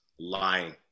lying